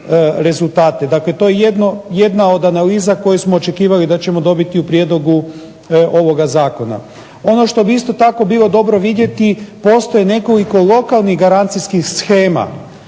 Dakle, to je jedna od analiza koje smo očekivali da ćemo dobiti u prijedlogu ovoga zakona. Ono što bi isto tako bilo dobro vidjeti, postoji nekoliko lokalnih garancijskih shema,